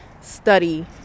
study